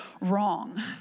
wrong